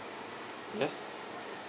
yes